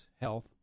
Health